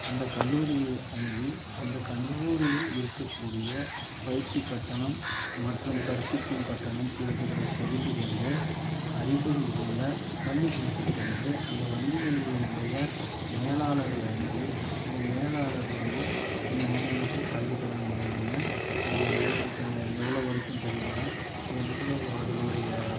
அந்த கல்லூரியை அணுகி அந்த கல்லூரியில் இருக்கக்கூடிய பயிற்சி கட்டணம் மற்றும் கற்பிக்கும் கட்டணம் இவற்றுகளை தெரிந்துக்கொண்டு அருகில் உள்ள வங்கிகளுக்கு சென்று அந்த வங்கிகளினுடைய மேலாளரை அணுகி அந்த மேலாளர் வந்து இந்த மாதிரி எனக்கு கல்விக்கடன் வேணுங்க அதில் எவ்வளவு த எவ்வளோ வரைக்கும் தருவீங்க எவ்வளோ அதனுடைய